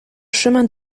chemin